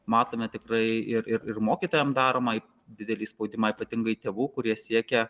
matome tikrai ir ir mokytojams daromą didelį spaudimą ypatingai tėvų kurie siekia